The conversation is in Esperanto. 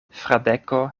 fradeko